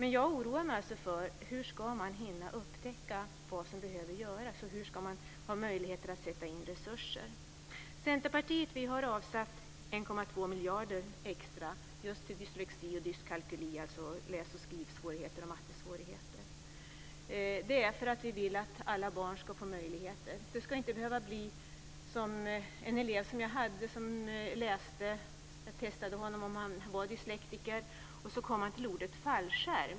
Men jag oroar mig för hur man ska hinna upptäcka vad som behöver göras och hur man ska ha möjligheter att sätta in resurser. Centerpartiet har avsatt 1,2 miljarder extra just till dyslexi och diskalkyli, alltså läs och skrivsvårigheter och mattesvårigheter. Det är därför att vi vill att alla barn ska få möjligheter. Det ska inte behöva bli som med en elev som jag hade. Jag testade honom för att se om han var dyslektiker.